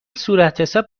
صورتحساب